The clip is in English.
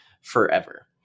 forever